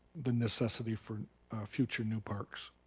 the necessity for future new parks.